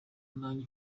nanjye